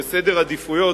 וסדר עדיפויות,